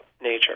Nature